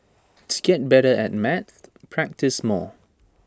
to get better at maths practise more